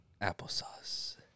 Applesauce